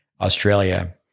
Australia